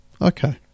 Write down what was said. okay